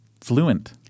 fluent